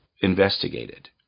investigated